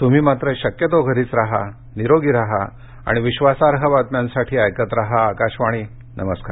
तुम्ही मात्र शक्यतो घरीच राहा निरोगी राहा आणि विश्वासार्ह बातम्यांसाठी ऐकत राहा आकाशवाणी नमस्कार